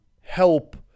help